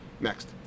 Next